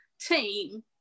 team